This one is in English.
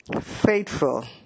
faithful